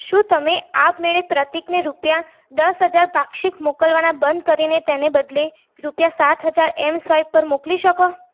શું તમે આપમેળે પ્રતીકને રૂપિયા દસ હજાર પાક્ષિક મોકલવાના બંધ કરીને તેને બદલે રૂપિયા સાત હજાર એમસ્વાઈપ પર મોકલી શકો